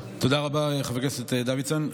תודה רבה, חבר הכנסת דוידסון.